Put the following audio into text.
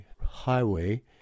highway